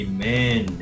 Amen